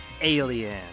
alien